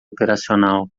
operacional